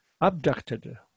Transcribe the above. abducted